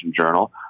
Journal